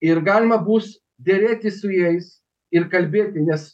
ir galima bus derėtis su jais ir kalbėti nes